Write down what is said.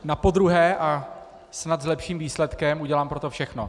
Napodruhé a snad s lepším výsledkem, udělám pro to všechno.